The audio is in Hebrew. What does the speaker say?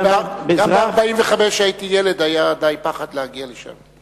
גם ב-1945, כשהייתי ילד, היה די פחד להגיע לשם.